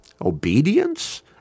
Obedience